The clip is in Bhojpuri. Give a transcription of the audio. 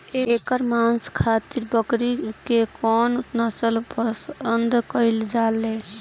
एकर मांस खातिर बकरी के कौन नस्ल पसंद कईल जाले?